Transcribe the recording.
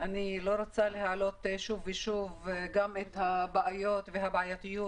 אני לא רוצה להעלות שוב ושוב גם את הבעיות והבעייתיות